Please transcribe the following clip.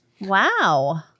Wow